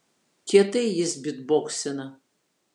kietai jis bytboksina